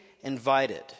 invited